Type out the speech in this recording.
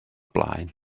blaen